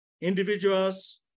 individuals